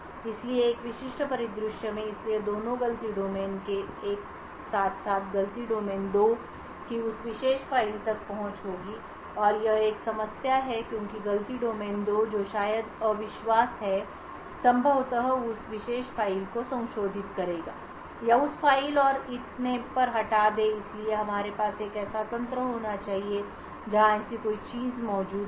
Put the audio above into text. इसलिए एक विशिष्ट परिदृश्य में इसलिए दोनों गलती डोमेन 1 के साथ साथ गलती डोमेन 2 की उस विशेष फ़ाइल तक पहुंच होगी और यह एक समस्या है क्योंकि गलती डोमेन 2 जो शायद अविश्वास है संभवतः उस विशेष फ़ाइल को संशोधित करेगा या उस फ़ाइल और इतने पर हटा दें और इसलिए हमारे पास एक ऐसा तंत्र होना चाहिए जहां ऐसी कोई चीज मौजूद न हो